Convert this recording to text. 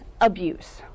abuse